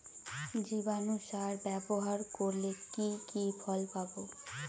জীবাণু সার ব্যাবহার করলে কি কি ফল পাবো?